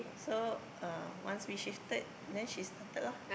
so uh once we shifted then she started lah